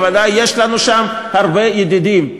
אתה גורם, ובוודאי יש לנו שם הרבה ידידים.